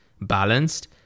balanced